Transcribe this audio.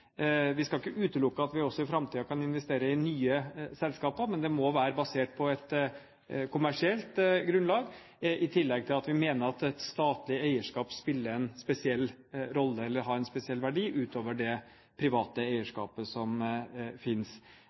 Vi skal ikke utelukke at vi også i framtiden kan investere i nye selskaper, men det må være basert på et kommersielt grunnlag, i tillegg til at vi mener at et statlig eierskap spiller en spesiell rolle eller har en spesiell verdi utover det private eierskapet som finnes.